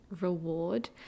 reward